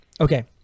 okay